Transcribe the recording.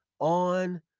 on